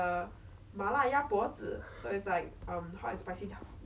you know like um it was it's open by Steve Irwin you know who's that